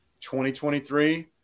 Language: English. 2023